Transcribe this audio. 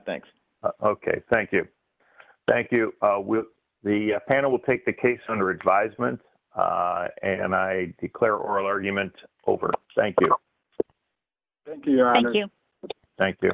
think ok thank you thank you will the panel will take the case under advisement and i declare oral argument over thank you thank you